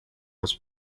was